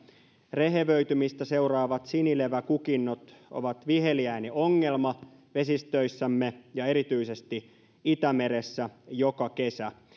rehevöitymistä seuraavat sinileväkukinnot ovat viheliäinen ongelma vesistöissämme ja erityisesti itämeressä joka kesä